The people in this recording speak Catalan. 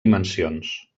dimensions